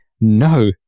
no